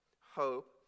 hope